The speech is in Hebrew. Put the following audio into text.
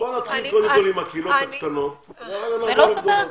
--- בואו נתחיל קודם כל בקהילות הקטנות ואחר כך נעבור לגדולות.